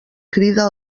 crida